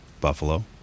buffalo